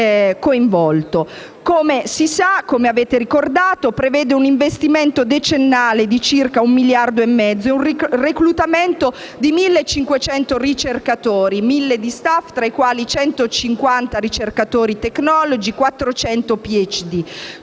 Come si sa e come avete ricordato, esso prevede un investimento decennale di circa un miliardo e mezzo e il reclutamento di 1.500 ricercatori, 1.000 di *staff*, tra i quali 150 ricercatori *technology* e 400 PhD,